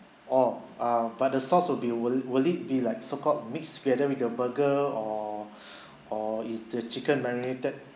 orh ah but the sauce will be will will it be like so called mixed together with the burger or or is the chicken marinated